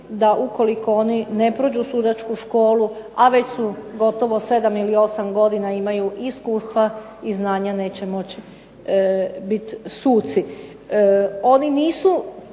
da ukoliko oni ne prođu Sudačku školu, a već su gotovo 7 ili 8 godina imaju iskustva i znanja neće moći biti suci.